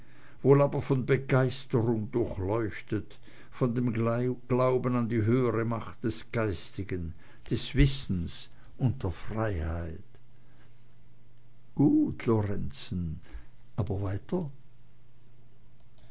wohl aber von begeisterung durchleuchtet von dem glauben an die höhere macht des geistigen des wissens und der freiheit gut lorenzen aber weiter